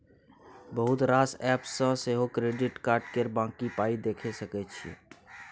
बहुत रास एप्प सँ सेहो क्रेडिट कार्ड केर बाँकी पाइ देखि सकै छी